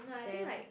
no I think like